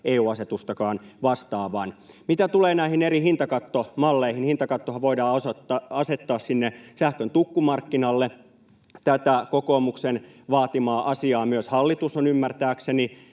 EU-asetustakaan vastaavan. Mitä tulee näihin eri hintakattomalleihin, hintakattohan voidaan asettaa sinne sähkön tukkumarkkinalle. Tätä kokoomuksen vaatimaa asiaa myös hallitus on ymmärtääkseni